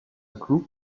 group